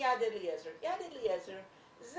מיד אליעזר,